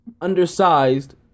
undersized